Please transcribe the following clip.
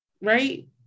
right